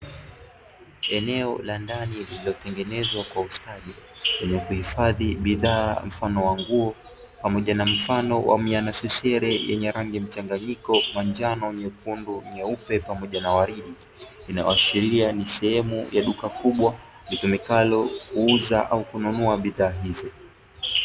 Eneo la ndani lililotengenezwa kwa ustadi, lenye kuhifadhi bidhaa mfano wa nguo pamoja na mfano wa miaminasesere, yenye rangi mchanganyiko wa njano, nyekundu, nyeupe pamoja na uaridi. Inayoashiria ni sehemu ya duka kubwa, litumikalo kuuza au kununua bidhaa hizo.